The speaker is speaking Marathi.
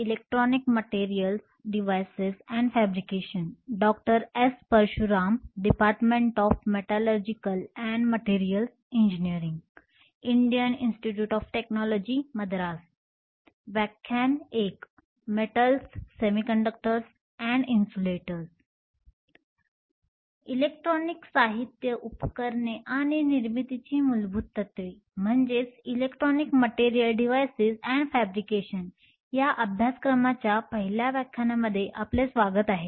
इलेक्ट्रॉनिक साहित्य उपकरणे आणि निर्मितीची मूलभूत तत्त्वे या अभ्यासक्रमाच्या पहिल्या व्याख्यानामध्ये आपले स्वागत आहे